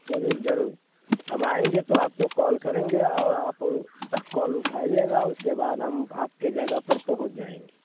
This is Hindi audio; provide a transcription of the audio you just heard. ज़रूर ज़रूर हम आएँगे तो आपको कॉल करेंगे और आप कॉल उठाइएगा उसके बाद हम आपके जगह पर पहुँच जाएँगे